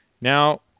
Now